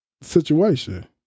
situation